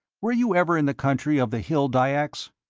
were you ever in the country of the hill dyaks?